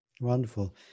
Wonderful